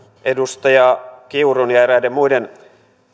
edustaja kiurun ja eräiden muiden